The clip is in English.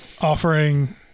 offering